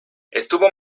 estuvo